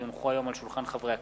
כי הונחו היום על שולחן הכנסת,